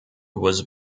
was